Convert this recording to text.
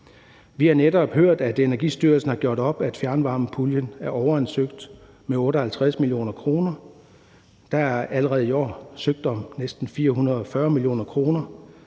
Vi har netop hørt, at Energistyrelsen har gjort op, at fjernvarmepuljen er overansøgt med 58 mio. kr. Der er allerede i år søgt om næsten 440 mio. kr.